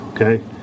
okay